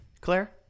claire